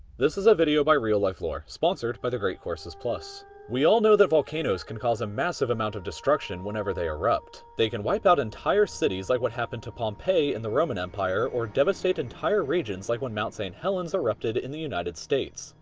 this is a video by reallifelore, sponsored by the great courses plus. we all know that volcanoes can cause a massive amount of destruction whenever they erupt. they can wipe out entire cities like what happened to pompeii in the roman empire or devastate entire regions like when mount st. helens erupted in the united states,